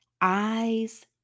eyes